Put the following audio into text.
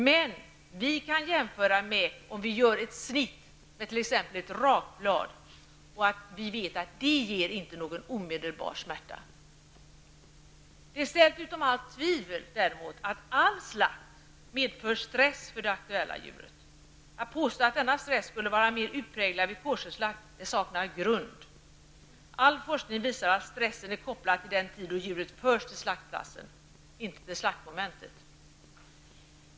Men vi kan jämföra med om vi t.ex. gör ett snitt med rakblad, då vi vet att det inte blir något omedelbar smärta. Det är däremot ställt utom allt tvivel att all slakt medför stress för det aktuella djuret. Att påstå att denna stress skulle vara mer utpräglad vid koscherslakt saknar grund. All forskning visar att stressen är kopplad till den tid då djuret förs till slaktplatsen inte till slaktmomentet.